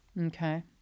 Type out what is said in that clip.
Okay